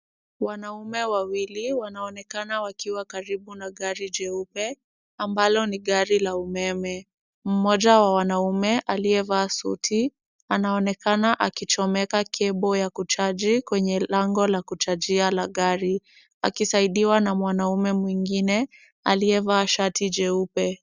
Wanaume wawili wanaonekana wakiwa karibu na gari jeupe ambalo ni gari la umeme. Mmoja wa wanaume aliyevaa suti anaonekana akichomeka cable ya kucharge kwenye lango ya kucharge ya gari. Akisaidiwa na mwanaume mwengine aliyevaa shati jeupe.